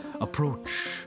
approach